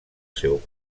seu